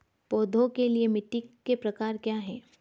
पौधों के लिए मिट्टी के प्रकार क्या हैं?